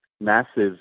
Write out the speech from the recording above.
massive